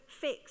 fix